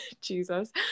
Jesus